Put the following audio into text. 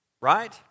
Right